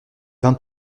vingt